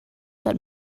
that